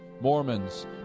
Mormons